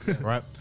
right